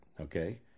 okay